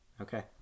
Okay